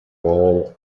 role